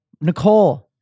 Nicole